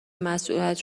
مسئولیت